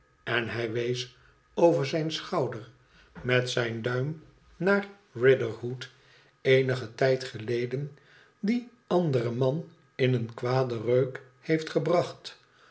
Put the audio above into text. en hij wees over zijn schouder met zijn duim naar riderhood teenigen tijd geleden dien anderen man in een kwaden reuk heeft gebracht